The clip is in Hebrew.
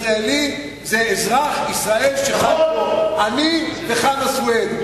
ישראלי זה אזרח ישראל שחי פה, אני וחנא סוייד.